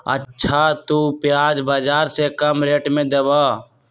अच्छा तु प्याज बाजार से कम रेट में देबअ?